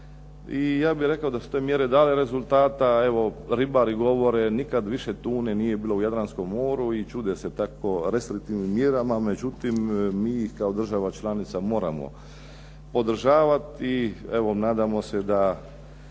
i ja bih rekao da su te mjere dale rezultata, ribari govore nikada više tune nije bilo u Jadranskom moru i čude se tako restriktivnim mjerama, međutim, mi kao država članica moramo podržavati i nadamo se da